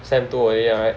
sem two already right